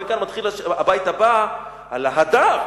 ומכאן מתחיל הבית הבא, על ההדר: